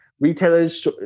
Retailers